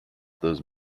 those